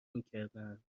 میکردند